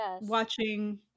watching